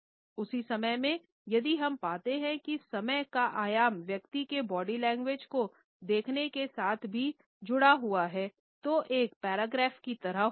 उस ही समय में यदि हम पाते हैं कि समय का आयाम व्यक्ति के बॉडी लैंग्वेज को देखने के साथ भी जुड़ा हुआ है तो एक पैराग्राफ की तरह होता हैं